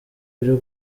byo